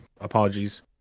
Apologies